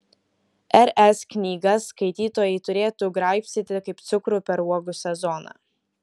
r s knygas skaitytojai turėtų graibstyti kaip cukrų per uogų sezoną